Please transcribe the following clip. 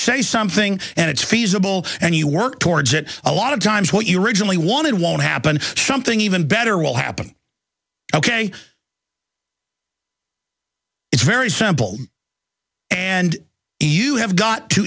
say something and it's feasible and you work towards it a lot of times what you originally wanted won't happen something even better will happen ok it's very simple and you have got to